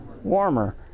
warmer